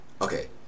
Okay